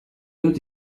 dut